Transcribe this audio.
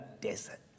desert